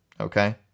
okay